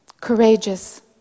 courageous